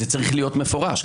זה צריך להיות מפורש.